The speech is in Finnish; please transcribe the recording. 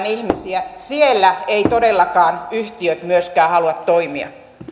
ihmisiä siellä eivät todellakaan yhtiöt myöskään halua toimia